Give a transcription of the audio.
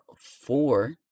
four